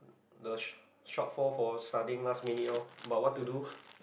the short shortfall for studying last minute oh but what to do